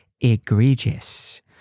egregious